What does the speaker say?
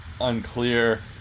unclear